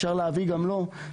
אפשר להביא גם לו.